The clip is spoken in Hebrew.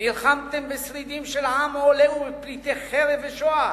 נלחמתם בשרידים של עם עולה ובפליטי חרב ושואה.